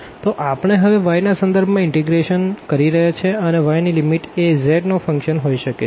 તો આપણે હવે y ના સંદર્ભમાં ઇનટીગ્રેશન કરી રહ્યા છે અને y ની લિમિટ એ z નો ફંક્શન હોઈ શકે છે